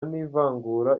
n’ivangura